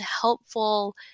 helpful